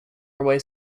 norway